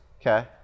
okay